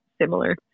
similar